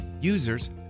Users